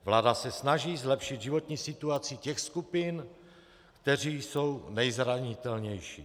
Vláda se snaží zlepšit životní situaci těch skupin, které jsou nejzranitelnější.